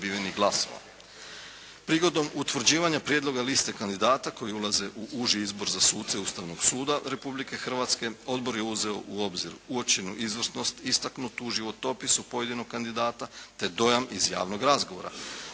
Prigodom utvrđivanja prijedloga liste kandidata koji ulaze u uži izbor za suce Ustavnog suda Republike Hrvatske odbor je uzeo u obzir uočenu izvrsnost istaknutu u životopisu pojedinog kandidata te dojam iz javnog razgovora.